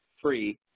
free